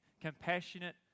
compassionate